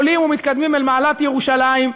עולים ומתקדמים אל מעלת ירושלים,